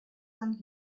cinq